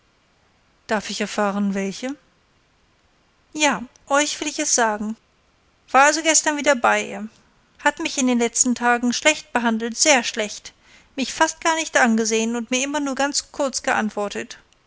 darf ich erfahren welche ja euch will ich es sagen war also gestern wieder bei ihr hat mich in den letzten tagen schlecht behandelt sehr schlecht mich fast gar nicht angesehen und mir immer nur ganz kurz geantwortet